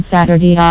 Saturday